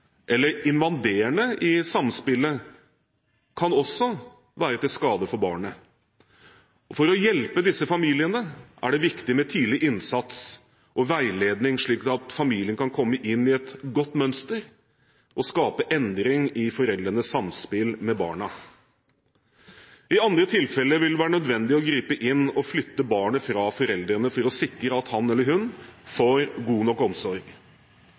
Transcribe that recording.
eller invaderende i samspillet, også være til skade for barnet. For å hjelpe disse familiene er det viktig med tidlig innsats og veiledning, slik at familien kan komme inn i et godt mønster og skape endring i foreldrenes samspill med barna. I andre tilfeller vil det være nødvendig å gripe inn og flytte barnet fra foreldrene for å sikre at han eller hun får god nok omsorg.